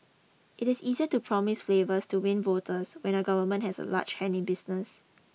it is easier to promise flavours to win voters when a government has a large hand in business